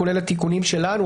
כולל התיקונים שלנו,